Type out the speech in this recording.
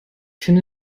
finde